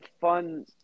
fun